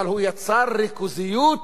אבל הוא יצר ריכוזיות,